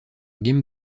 game